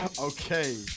okay